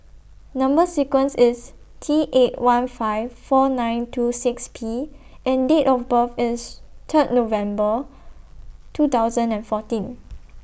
Number sequence IS T eight one five four nine two six P and Date of birth IS Third November two thousand and fourteen